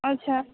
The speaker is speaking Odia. ଆଚ୍ଛା